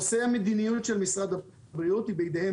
נושא המדיניות של משרד הבריאות הוא בידיהם